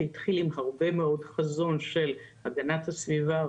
שהתחיל עם הרבה מאוד חזון של הגנת הסביבה,